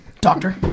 Doctor